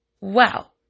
wow